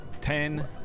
ten